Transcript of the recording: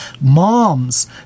moms